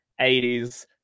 80s